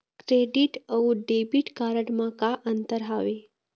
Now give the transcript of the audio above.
Credit अऊ debit card म का अंतर हावे?